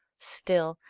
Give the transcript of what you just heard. still,